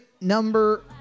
number